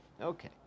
Okay